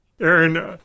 Aaron